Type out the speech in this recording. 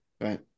right